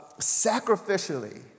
sacrificially